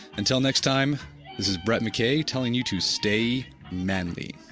until next time this is brett mckay telling you to stay manly